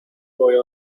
boy